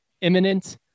imminent